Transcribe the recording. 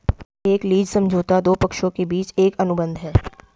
एक लीज समझौता दो पक्षों के बीच एक अनुबंध है